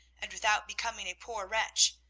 and without becoming a poor wretch,